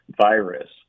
virus